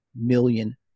million